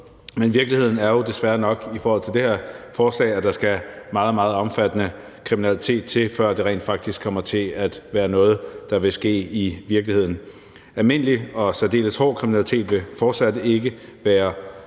Men virkeligheden er desværre nok i forhold til det her forslag, at der skal meget, meget omfattende kriminalitet til, før det rent faktisk kommer til at være noget, der vil ske i virkeligheden. Almindelig og særdeles hård kriminalitet vil fortsat ikke være omfattet.